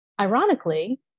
ironically